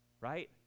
right